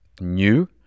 new